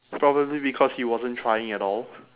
probably because he wasn't trying at all